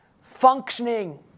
functioning